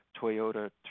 Toyota